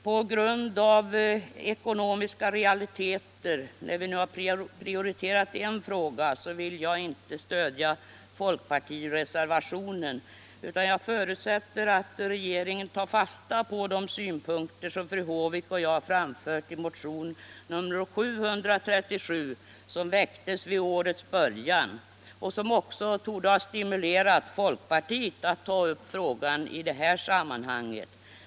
På grund av ekonomiska realiteter, när vi nu prioriterat en fråga, vill jag inte stödja folkpartireservationen utan jag förutsätter att regeringen tar fasta på de synpunkter som fru Håvik och jag framfört i motionen 737, som väcktes vid årets början och som också torde ha stimulerat folkpartiet att ta upp frågan i det här sammanhanget.